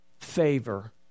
favor